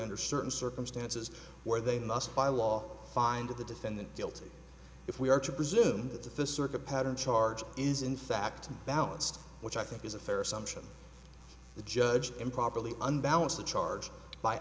under certain circumstances where they must by law find the defendant guilty if we are to presume that the first circuit pattern charge is in fact balanced which i think is a fair assumption the judge improperly unbalanced the charge by